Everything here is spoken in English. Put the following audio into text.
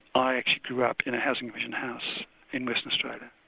i actually grew up in a housing commission house in western australia,